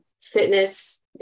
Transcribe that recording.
fitness